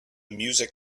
music